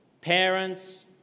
parents